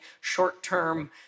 short-term